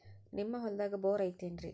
ನಿಮ್ಮ ಹೊಲ್ದಾಗ ಬೋರ್ ಐತೇನ್ರಿ?